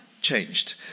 Changed